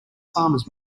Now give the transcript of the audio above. farmers